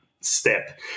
step